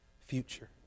future